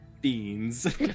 Beans